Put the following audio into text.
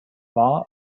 war